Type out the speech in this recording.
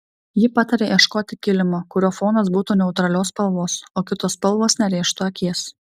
ji pataria ieškoti kilimo kurio fonas būtų neutralios spalvos o kitos spalvos nerėžtų akies